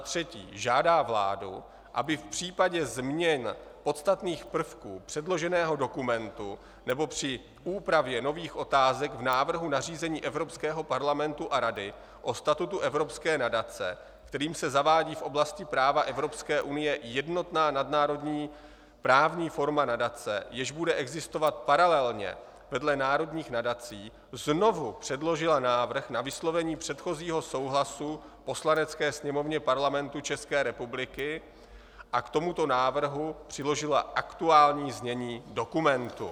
3. žádá vládu, aby v případě změn podstatných prvků předloženého dokumentu nebo při úpravě nových otázek v návrhu nařízení Evropského parlamentu a Rady o statutu evropské nadace, kterým se zavádí v oblasti práva Evropské unie jednotná nadnárodní právní forma nadace, jež bude existovat paralelně vedle národních nadací, znovu předložila návrh na vyslovení předchozího souhlasu Poslanecké sněmovně Parlamentu České republiky a k tomuto návrhu přiložila aktuální znění dokumentu;